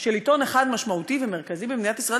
של עיתון אחד משמעותי ומרכזי במדינת ישראל,